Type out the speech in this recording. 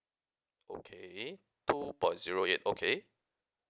okay two point zero eight okay